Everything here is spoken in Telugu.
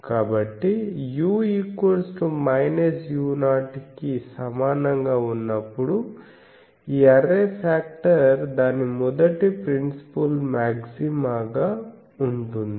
కాబట్టి u u 0 కి సమానంగా ఉన్నప్పుడు ఈ అర్రే ఫాక్టర్ దాని మొదటి ప్రిన్సిపుల్ మాగ్జిమాగా ఉంటుంది